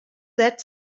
that